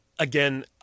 Again